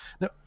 Now